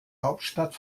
hauptstadt